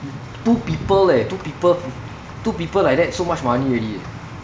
two people leh two people two people like that so much money already eh